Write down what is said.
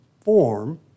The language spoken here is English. form